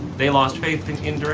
they lost faith in